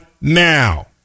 now